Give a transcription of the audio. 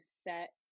set